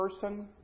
person